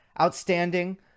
outstanding